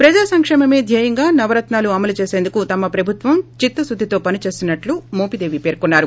ప్రజా సంకేమమే ధ్యేయంగా నవరత్నాలు అమలు చేసిందుకు తమ ప్రభుత్వం చిత్తశుద్దితో పని చేస్తున్నట్లు మోపిదేవి పెర్కున్నారు